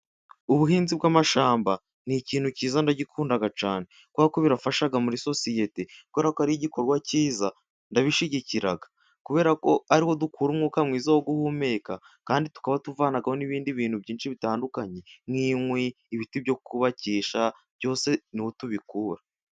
Ubuhinzi bw'amashyamba ni ikintu cyiza ndagikunda cyane. kuko birafasha muri sosiyete. Kubera ko ari igikorwa cyiza ndabishigikira kubera ko ariho dukura umwuka mwiza wo guhumeka, kandi tukaba tuvanaho n'ibindi bintu byinshi bitandukanye nk'inkwi, ibiti byo kubakisha byose ni ho tubikura.